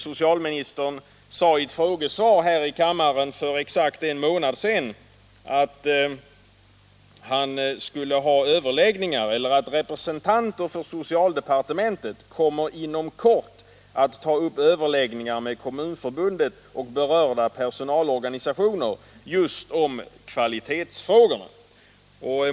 Socialministern sade i ett frågesvar här i kammaren för exakt en månad sedan att ”Representanter för socialdepartementet kommer inom kort att ta upp överläggningar med Kommunförbundet och berörda personalorganisationer” just om kvalitetsfrågorna.